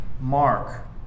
mark